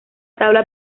tabla